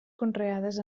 conreades